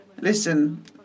listen